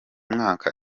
mwaka